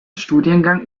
studiengang